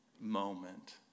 moment